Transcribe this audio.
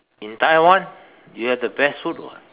in Taiwan you have the best food [what]